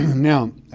now,